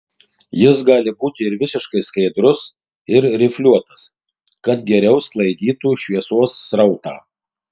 jis gali būti ir visiškai skaidrus ir rifliuotas kad geriau sklaidytų šviesos srautą